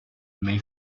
may